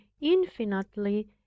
infinitely